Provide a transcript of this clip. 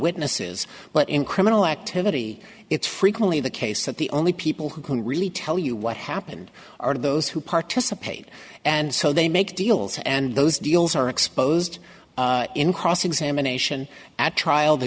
witnesses but in criminal activity it's frequently the case that the only people who can really tell you what happened are those who participate and so they make deals and those deals are exposed in cross examination at trial the